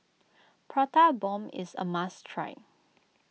Prata Bomb is a must try